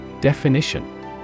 Definition